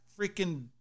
freaking